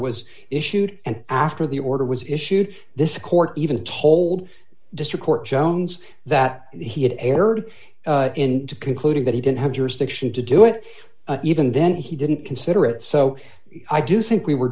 was issued and after the order was issued this court even told district court jones that he had erred in concluding that he didn't have jurisdiction to do it and even then he didn't consider it so i do think we were